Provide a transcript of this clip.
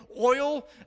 oil